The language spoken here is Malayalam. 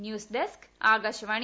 news desk Akashvani